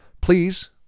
please